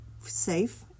safe